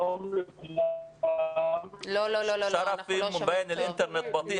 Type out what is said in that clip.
שלום לכולם --- סליחה, לא שומעים טוב.